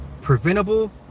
preventable